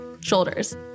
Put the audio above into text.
shoulders